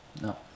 no